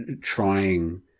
trying